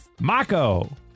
Mako